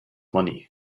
money